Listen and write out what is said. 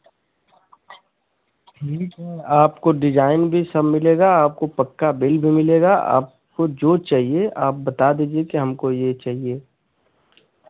ठीक है आपको डिजाइन भी सब मिलेगा आपको पक्का बिल भी मिलेगा आप को जो चाहिए आप बता दीजिए कि हमको यह चाहिए